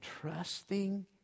trusting